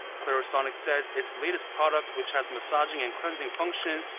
clarisonic says its latest product, which has massaging and cleansing functions,